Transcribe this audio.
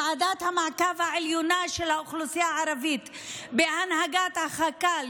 ועדת המעקב העליונה של האוכלוסייה הערבית בהנהגת החכ"ל,